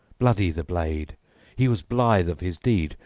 bloody the blade he was blithe of his deed.